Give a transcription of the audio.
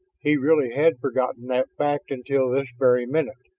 he really had forgotten that fact until this very minute.